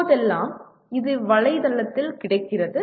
இப்போதெல்லாம் இது வலைதளத்தில் கிடைக்கிறது